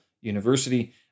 university